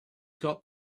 got